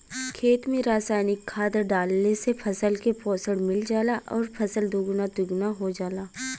खेत में रासायनिक खाद डालले से फसल के पोषण मिल जाला आउर फसल दुगुना तिगुना हो जाला